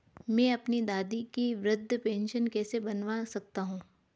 मैं अपनी दादी की वृद्ध पेंशन कैसे बनवा सकता हूँ?